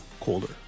colder